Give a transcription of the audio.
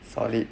solid